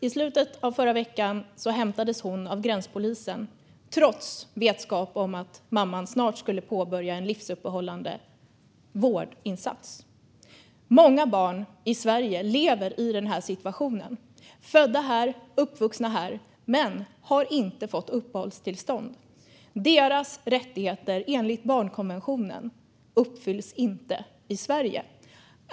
I slutet av förra veckan hämtades hon nämligen av gränspolisen, trots vetskap om att mamman snart skulle påbörja en livsuppehållande vårdinsats. Många barn i Sverige lever i den här situationen. De är födda och uppvuxna här men har inte fått uppehållstillstånd. Deras rättigheter enligt barnkonventionen uppfylls inte i Sverige.